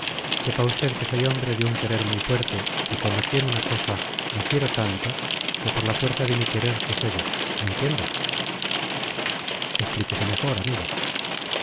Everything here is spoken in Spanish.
sepa usted que soy hombre de un querer muy fuerte y cuando quiero una cosa la quiero tanto que por la fuerza de mi querer sucede me entiende explíquese mejor amigo